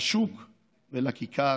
לשוק ולכיכר,